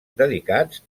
dedicats